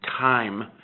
time